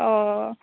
অঁ